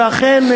ואכן,